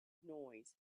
noise